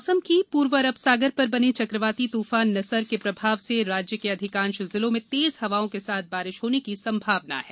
मौसम पूर्व अरब सागर पर बने चक्रवाती तूफान निसर्ग के प्रभाव से राज्य के अधिकांश जिलों में तेज हवाओं के साथ बारिश होने की संभावना है